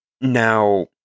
Now